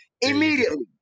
immediately